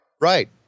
Right